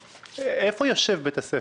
איפה נמצא בית הספר?